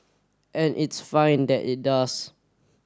and it's fine that it does